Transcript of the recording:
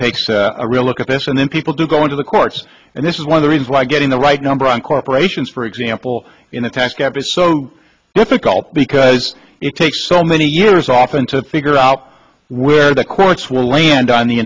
this and then people do go into the courts and one of the reasons why getting the right number on corporations for example in the tax cap is so difficult because it takes so many years often to figure out where the courts will land on the